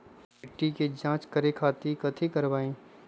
मिट्टी के जाँच करे खातिर कैथी करवाई?